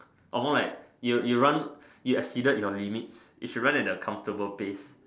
or like you run you exceeded your limit if you run at a comfortable pace